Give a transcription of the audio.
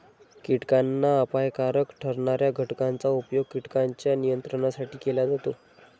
कीटकांना अपायकारक ठरणार्या घटकांचा उपयोग कीटकांच्या नियंत्रणासाठी केला जातो